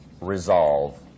resolve